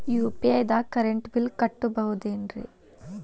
UPI ದಾಗ current bill ಕಟ್ಟಬಹುದೇನ್ರಿ?